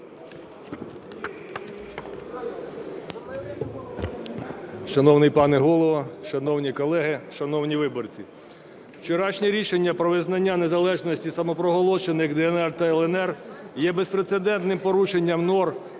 Шановний пане Голово, шановні колеги, шановні виборці! Вчорашнє рішення про визнання незалежності самопроголошених "ДНР" та "ЛНР" є безпрецедентним порушенням норм